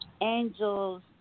angels